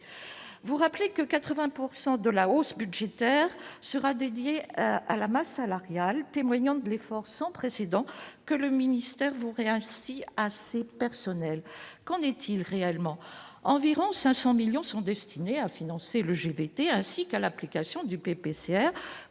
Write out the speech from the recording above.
vous rappeler que 80 pourcent de la hausse budgétaire sera dédié à la masse salariale, témoignant de l'effort sans précédent que le ministère voudrait ainsi assez personnel, qu'en est-il réellement environ 500 millions sont destinés à financer le gvt, ainsi qu'à l'application du PPCR